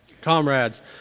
comrades